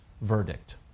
verdict